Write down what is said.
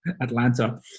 Atlanta